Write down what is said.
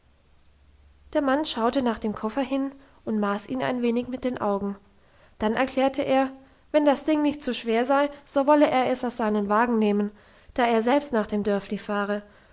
der mann schaute nach dem koffer hin und maß ihn ein wenig mit den augen dann erklärte er wenn das ding nicht zu schwer sei so wolle er es auf seinen wagen nehmen da er selbst nach dem dörfli fahre